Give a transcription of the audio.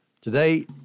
Today